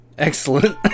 Excellent